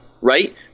Right